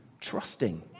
Trusting